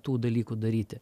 tų dalykų daryti